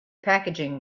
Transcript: packaging